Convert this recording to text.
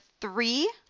three